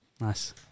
Nice